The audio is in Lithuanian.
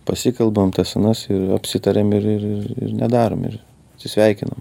pasikalbam tas anas apsitariam ir ir ir ir nedarome ir atsisveikinam